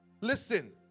listen